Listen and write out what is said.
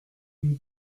une